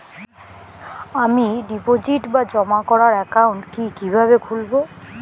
আমি ডিপোজিট বা জমা করার একাউন্ট কি কিভাবে খুলবো?